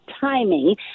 timing